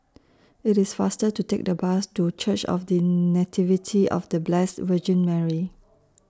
IT IS faster to Take The Bus to Church of The Nativity of The Blessed Virgin Mary